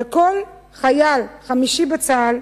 וכל חייל חמישי בצה"ל